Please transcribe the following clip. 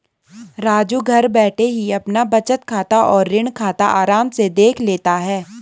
राजू घर बैठे ही अपना बचत खाता और ऋण खाता आराम से देख लेता है